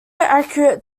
accurate